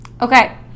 Okay